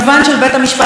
של התקשורת,